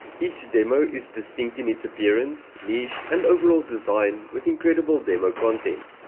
each demo is distinct in its appearance, niche and overall design with incredible demo content.